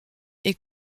est